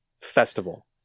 festival